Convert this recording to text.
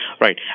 Right